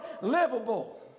livable